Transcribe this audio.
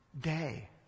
day